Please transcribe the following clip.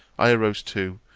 i arose too,